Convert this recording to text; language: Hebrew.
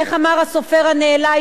איך אמר הסופר הנעלה,